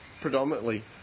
predominantly